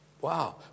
Wow